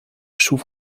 schuf